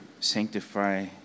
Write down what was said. sanctify